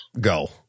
go